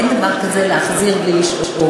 אין דבר כזה להחזיר ולשאוב.